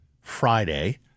Friday